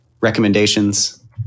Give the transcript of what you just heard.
Recommendations